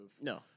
no